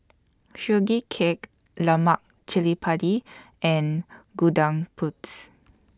Sugee Cake Lemak Cili Padi and Gudeg Putih